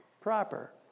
proper